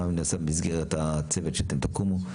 מה נעשה במסגרת הצוות שתקימו.